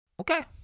Okay